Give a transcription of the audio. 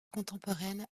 contemporaine